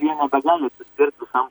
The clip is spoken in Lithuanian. jie nebegali atsispirt visam